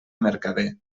mercader